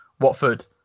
Watford